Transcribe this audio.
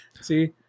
see